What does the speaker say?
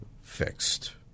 fixed